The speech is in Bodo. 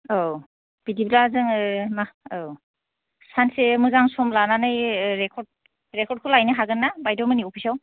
औ बिदिबा जोङो मा औ सानसे मोजां सम लानानै रेकर्डखौ लायनो हागोन्ना बायद'मोननि अफिसआव